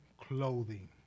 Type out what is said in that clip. clothing